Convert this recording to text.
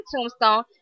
tombstone